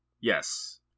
yes